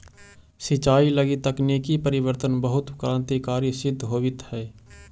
सिंचाई लगी तकनीकी परिवर्तन बहुत क्रान्तिकारी सिद्ध होवित हइ